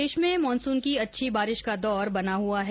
प्रदेश में मानसून की अच्छी बारिश का दौर बना हुआ है